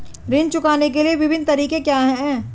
ऋण चुकाने के विभिन्न तरीके क्या हैं?